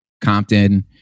Compton